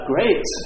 Great